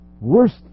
worst